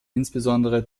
insbesondere